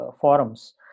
forums